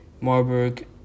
Marburg